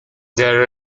there